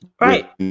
Right